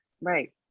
right